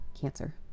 cancer